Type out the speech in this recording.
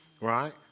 right